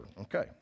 Okay